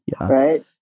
right